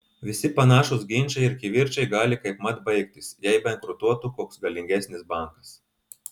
visi panašūs ginčai ir kivirčai gali kaipmat baigtis jei bankrutuotų koks galingesnis bankas